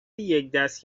یکدست